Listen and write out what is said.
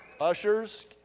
Ushers